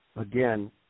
again